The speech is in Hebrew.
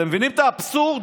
אתם מבינים את האבסורד?